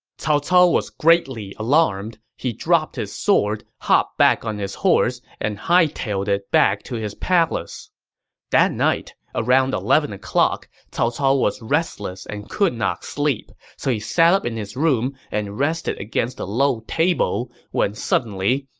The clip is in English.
cao cao was greatly alarmed. he dropped his sword, hopped back on his horse, and hightailed it back to his palace that night, around eleven o'clock, cao cao was restless and could not sleep. so he sat up in his room and rested against a low table when suddenly,